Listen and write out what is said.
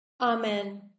Amen